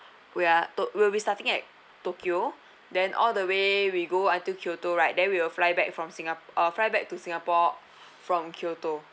we are to~ we will be starting at tokyo then all the way we go until to kyoto right then we will fly back from singa~ uh fly back to singapore from kyoto